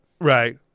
Right